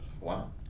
Wow